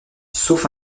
sauf